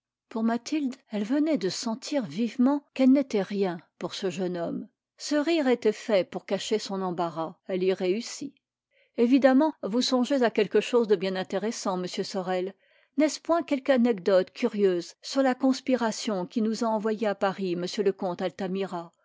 pour mathilde elle venait de sentir vivement qu'elle n'était rien pour ce jeune homme ce rire était fait pour cacher son embarras elle y réussit évidemment vous songez à quelque chose de bien intéressant monsieur sorel n'est-ce point quelque anecdote curieuse sur la conspiration qui nous a envoyé à paris m le comte altamira